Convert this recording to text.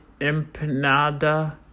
Empanada